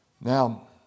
Now